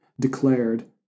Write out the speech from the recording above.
declared